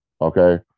okay